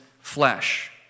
flesh